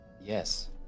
Yes